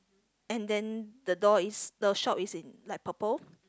and then the door is the shop is in light purple